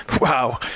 wow